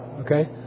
okay